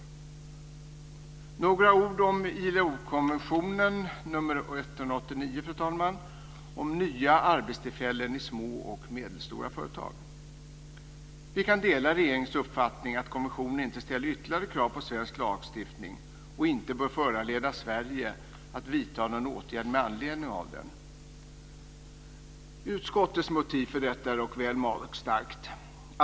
Jag ska säga några ord om ILO-konventionen nr 189, fru talman, om nya arbetstillfällen i små och medelstora företag. Utskottets motiv för detta är dock väl magstarkt.